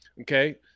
Okay